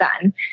done